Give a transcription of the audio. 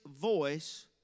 voice